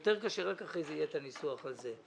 יותר קשה ורק אחר כך יהיה את הניסוח הזה.